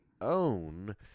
own